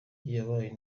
yabaye